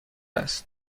است